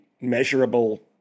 measurable